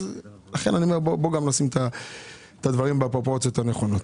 בואו נשים את הדברים בפרופורציות הנכונות.